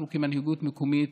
אנחנו, כמנהיגות מקומית,